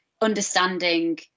understanding